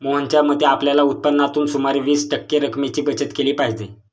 मोहनच्या मते, आपल्या उत्पन्नातून सुमारे वीस टक्के रक्कमेची बचत केली पाहिजे